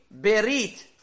Berit